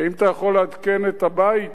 אם אתה יכול לעדכן את הבית